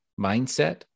mindset